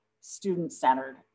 student-centered